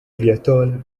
viatora